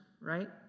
right